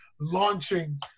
launching